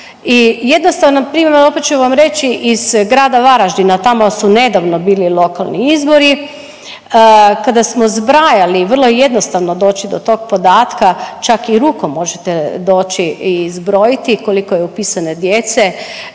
i jednostavno primjer opet ću vam reći iz grada Varaždina. Tamo su nedavno bili lokalni izbori, kada smo zbrajali, vrlo je jednostavno doći do tog podatka, čak i rukom možete doći i zbrojiti koliko je upisane djece,